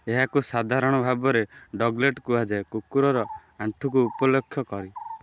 ଏହାକୁ ସାଧାରଣ ଭାବରେ ଡଗ୍ଲେଟ୍ କୁହାଯାଏ କୁକୁରର ଆଣ୍ଠୁକୁ ଉପଲକ୍ଷ କରି